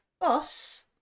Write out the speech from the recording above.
Boss